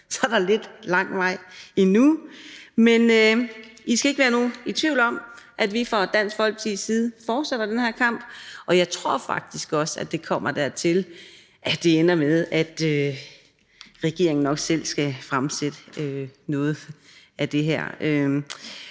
er der lidt lang vej endnu, men ingen skal være i tvivl om, at vi fra Dansk Folkepartis side fortsætter den her kamp, og jeg tror faktisk også, at det kommer dertil, at det ender med, at regeringen nok selv skal fremsætte noget af det her.